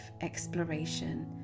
exploration